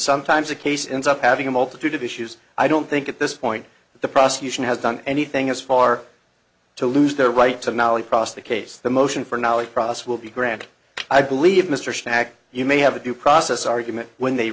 sometimes a case in south having a multitude of issues i don't think at this point the prosecution has done anything as far to lose their right to molly cross the case the motion for knowledge process will be granted i believe mr stack you may have a due process argument when they